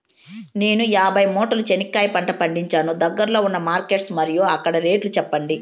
నేను యాభై మూటల చెనక్కాయ పంట పండించాను దగ్గర్లో ఉన్న మార్కెట్స్ మరియు అక్కడ రేట్లు చెప్పండి?